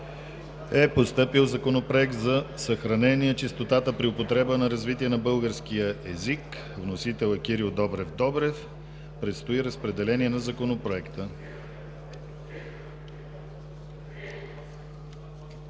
е постъпил Законопроект за съхранение чистотата при употреба и развитие на българския език. Вносител е Кирил Добрев Добрев. Предстои разпределение на Законопроекта.